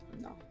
No